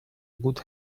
good